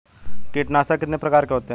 कीटनाशक कितने प्रकार के होते हैं?